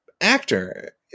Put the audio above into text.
actor